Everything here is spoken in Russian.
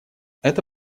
это